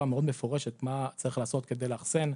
מאוד מפורשת מה צריך לעשות כדי לאחסן,